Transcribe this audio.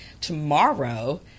tomorrow